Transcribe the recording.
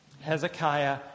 Hezekiah